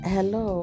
Hello